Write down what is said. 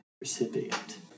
recipient